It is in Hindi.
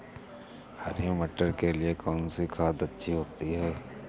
हरी मटर के लिए कौन सी खाद अच्छी होती है?